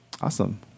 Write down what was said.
awesome